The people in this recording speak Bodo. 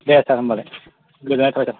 दे सार होनबालाय गोजोन्नाय थाबाय सार